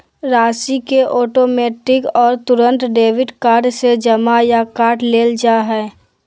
राशि के ऑटोमैटिक और तुरंत डेबिट कार्ड से जमा या काट लेल जा हइ